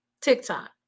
TikTok